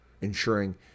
ensuring